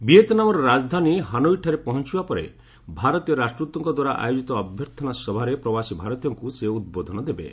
ଭିଏତନାମର ରାଜଧାନୀ ହାନୋଇଠାରେ ପହଞ୍ଚବା ପରେ ଭାରତୀୟ ରାଷ୍ଟ୍ରଦୃତଙ୍କ ଦ୍ୱାରା ଆୟୋଜିତ ଅଭ୍ୟର୍ଥନା ସଭାରେ ପ୍ରବାସୀ ଭାରତୀୟଙ୍କୁ ଉଦବୋଧନ ଦେବେ